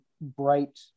bright